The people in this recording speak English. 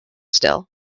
still